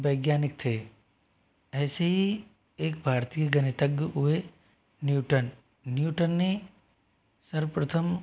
वैज्ञानिक थे ऐसे ही एक भारतीय गणितज्ञ हुए न्यूटन न्यूटन ने सर्वप्रथम